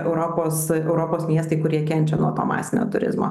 europos europos miestai kurie kenčia nuo to masinio turizmo